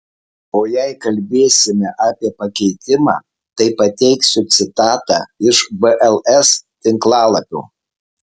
o jei kalbėsime apie pakeitimą tai pateiksiu citatą iš bls tinklalapio